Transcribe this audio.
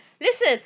Listen